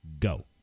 Go